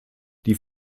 die